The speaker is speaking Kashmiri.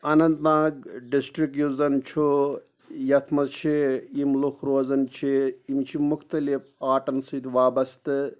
اننت ناگ ڈِسٹرٛک یُس زَن چھُ یَتھ منٛز چھِ یِم لُکھ روزَان چھِ یِم چھِ محتلف آرٹَن سۭتۍ وابَستہٕ